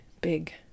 big